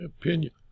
opinion